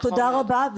תודה רבה.